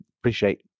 appreciate